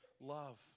love